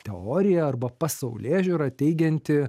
teorija arba pasaulėžiūra teigianti